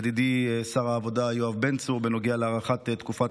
ידידי שר העבודה יואב בן צור בנוגע להארכת תקופת